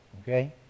Okay